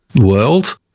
world